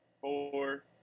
four